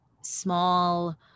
small